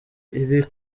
iri